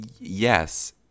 yes